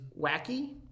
wacky